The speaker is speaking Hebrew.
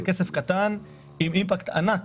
זה כסף קטן עם אימפקט ענק